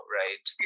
right